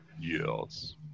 Yes